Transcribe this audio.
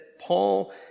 Paul